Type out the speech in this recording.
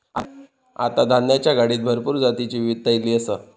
आता धान्याच्या गाडीत भरपूर जातीची विविधता ईली आसा